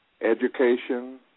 education